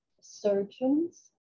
surgeons